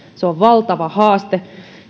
se on valtava haaste